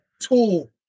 tool